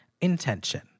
intention